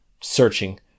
searching